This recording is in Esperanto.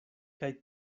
kaj